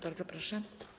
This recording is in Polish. Bardzo proszę.